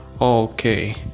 okay